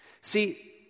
See